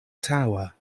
tower